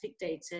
data